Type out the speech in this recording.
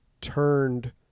turned